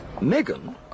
Megan